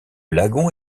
lagon